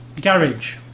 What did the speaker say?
Garage